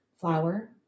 flour